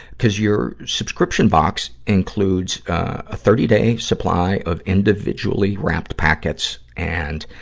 cuz your subscription box includes, ah, a thirty day supply of individually-wrapped packets. and,